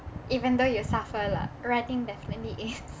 even though you suffer lah running definitely is